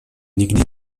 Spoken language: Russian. нигде